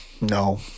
no